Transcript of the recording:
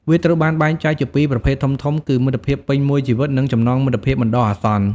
វាត្រូវបានបែងចែកជាពីរប្រភេទធំៗគឺ មិត្តភាពពេញមួយជីវិត និងចំណងមិត្តភាពបណ្ដោះអាសន្ន។